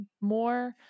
more